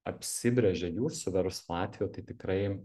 apsibrėžia jūsų verslo atveju tai tikrai